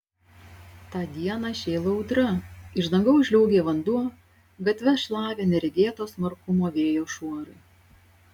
tą dieną šėlo audra iš dangaus žliaugė vanduo gatves šlavė neregėto smarkumo vėjo šuorai